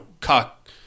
cock